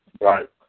Right